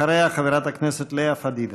אחריה, חברת הכנסת לאה פדידה.